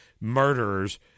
murderers